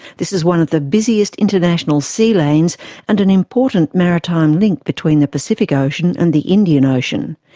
this is one of the busiest international sea-lanes and an important maritime link between the pacific ocean and the indian ocean.